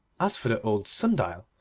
as for the old sundial,